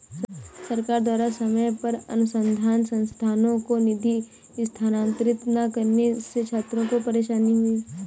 सरकार द्वारा समय पर अनुसन्धान संस्थानों को निधि स्थानांतरित न करने से छात्रों को परेशानी हुई